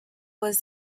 was